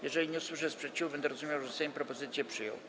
Jeżeli nie usłyszę sprzeciwu, będę rozumiał, że Sejm propozycję przyjął.